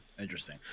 Interesting